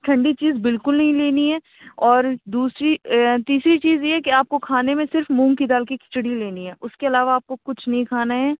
ٹھنڈی چیز بالکل نہیں لینی ہے اور دوسری تیسری چیز یہ کہ آپ کو کھانے میں صرف مونگ کی دال کی کھچڑی لینی ہے اُس کے علاوہ آپ کو کچھ نہیں کھانا ہے